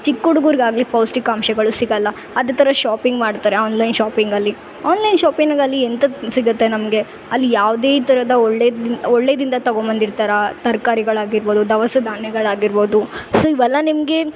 ಚಿಕ್ಕ ಹುಡುಗುರ್ಗಾಗಲಿ ಪೌಷ್ಟಿಕಾಂಶಗಳು ಸಿಗಲ್ಲ ಅದೇ ಥರ ಶಾಪಿಂಗ್ ಮಾಡ್ತಾರೆ ಆನ್ಲೈನ್ ಶಾಪಿಂಗಲ್ಲಿ ಆನ್ಲೈನ್ ಶಾಪಿಂಗಲ್ಲಿ ಎಂತ ಸಿಗತ್ತೆ ನಮಗೆ ಅಲ್ಲಿ ಯಾವುದೇ ಥರದ ಒಳ್ಳೆಯ ದಿಂದ್ ಒಳ್ಳೆಯದಿಂದ ತಗೊಂಬಂದಿರ್ತಾರ ತರ್ಕಾರಿಗಳು ಆಗಿರ್ಬೋದು ದವಸ ಧಾನ್ಯಗಳ್ ಆಗಿರ್ಬೋದು ಸೊ ಇವೆಲ್ಲ ನಿಮಗೆ